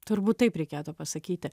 turbūt taip reikėtų pasakyti